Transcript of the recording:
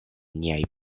niaj